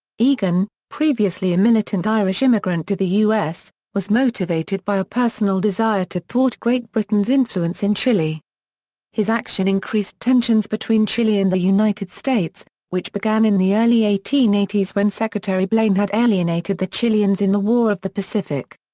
egan, previously a militant irish immigrant to the u s, was motivated by a personal desire to thwart great britain's influence in chile his action increased tensions between chile and the united states, which began in the early eighteen eighty s when secretary blaine had alienated the chileans in the war of the pacific.